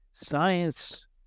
science